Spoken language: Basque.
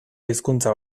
hizkuntza